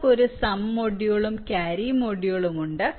നിങ്ങൾക്ക് ഒരു സം മൊഡ്യൂളും ക്യാരി മൊഡ്യൂളും ഉണ്ട്